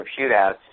shootouts